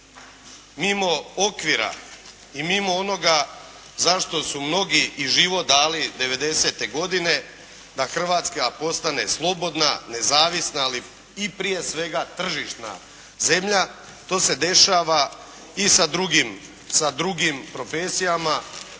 mimo okvira i mimo onoga za što su mnogi i život dali '90.-te godine da Hrvatska postane slobodna, nezavisna, ali i prije svega tržišna zemlja. To se dešava i sa drugim profesijama